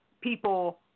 people